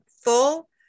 full